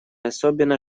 особенно